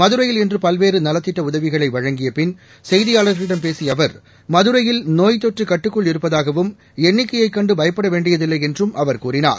மதுரையில் இன்று பல்வேறு நலத்திட்ட உதவிகளை வழங்கிய பின் செய்தியாளர்களிடம் பேசிய அவர் மதுரையில் நோய்த் தொற்று கட்டுக்குள் இருப்பதாகவும் என்னிக்கையை கண்டு பயப்பட வேண்டியதில்லை என்றும் அவர் கூறினார்